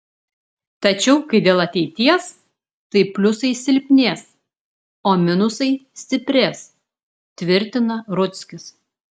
tačiau kai dėl ateities tai pliusai silpnės o minusai stiprės tvirtina rudzkis